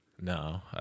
No